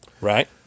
Right